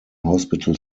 hospital